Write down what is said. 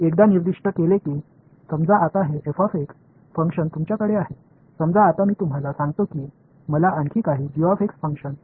மேலும் அது குறிப்பிடப்பட்டவுடன் இப்போது நீங்கள் இந்த ஃபங்ஷனை கொண்டிருந்தீர்கள் என்று வைத்துக் கொள்ளுங்கள் இப்போது போன்ற சில செயல்பாடுகளை ஒருங்கிணைக்க விரும்புகிறேன் என்று நான் உங்களுக்கு சொல்கிறேன்